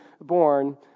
born